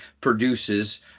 produces